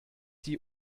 die